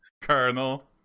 Colonel